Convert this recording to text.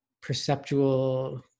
perceptual